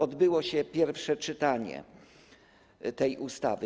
Odbyło się pierwsze czytanie tej ustawy.